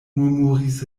murmuris